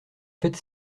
fait